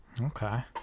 Okay